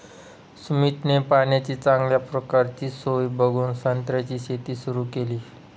सुमितने पाण्याची चांगल्या प्रकारची सोय बघून संत्र्याची शेती सुरु केली